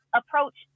approach